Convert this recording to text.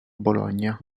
bologna